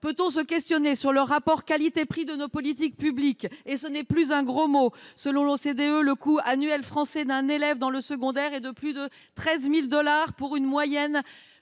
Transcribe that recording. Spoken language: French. Peut on se questionner sur le rapport qualité prix de nos politiques publiques – et ce n’est plus un gros mot ? Selon l’OCDE, le coût annuel français d’un élève dans le secondaire est de plus de 13 000 dollars pour une moyenne